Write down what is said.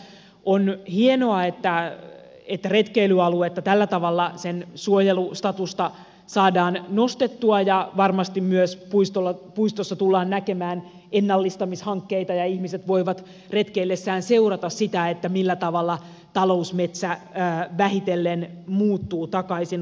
on hienoa että retkeilyaluetta tällä tavalla sen suojelustatusta saadaan nostettua ja varmasti myös puistossa tullaan näkemään ennallistamishankkeita ja ihmiset voivat retkeillessään seurata sitä millä tavalla talousmetsä vähitellen muuttuu takaisin luonnontilaiseksi